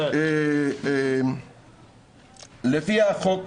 לפי החוק,